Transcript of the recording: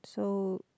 so